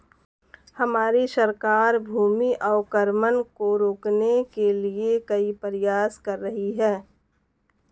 हमारी सरकार भूमि अवक्रमण को रोकने के लिए कई प्रयास कर रही है